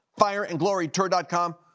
FireandGloryTour.com